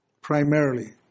Primarily